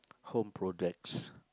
home projects